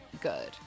good